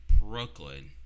Brooklyn